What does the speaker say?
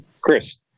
Chris